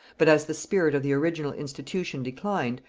but as the spirit of the original institution declined,